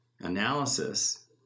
analysis